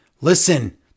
Listen